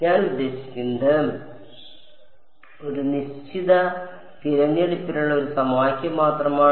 ഞാൻ ഉദ്ദേശിക്കുന്നത് ഒരു നിശ്ചിത തിരഞ്ഞെടുപ്പിനുള്ള ഒരു സമവാക്യം മാത്രമാണ്